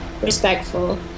Respectful